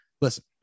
listen